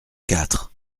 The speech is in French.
quatre